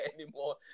anymore